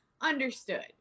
Understood